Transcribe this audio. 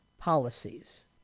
policies